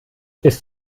ist